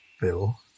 Bill